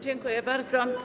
Dziękuję bardzo.